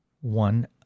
one